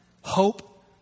Hope